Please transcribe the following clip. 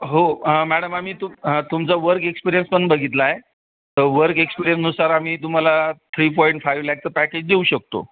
हो मॅडम आम्ही तुम तुमचा वर्क एक्सपिरियन्स पण बघितला आहे वर्क एक्सपिरियननुसार आम्ही तुम्हाला थ्री पॉईंट फाईव्ह लॅकचं पॅकेज देऊ शकतो